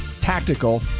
tactical